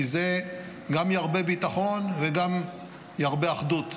כי זה גם ירבה ביטחון וגם ירבה אחדות.